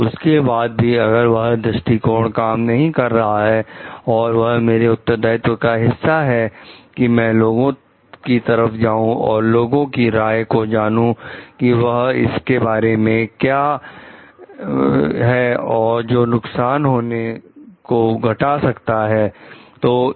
और उसके बाद भी अगर वह दृष्टिकोण काम नहीं कर रहा है और वह मेरे उत्तरदायित्व का हिस्सा है कि मैं लोगों की तरफ जाऊं और लोगों की राय को जानू कि वह इसके बारे में क्या है जो नुकसान होने को घटा सकता है